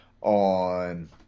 on